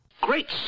Great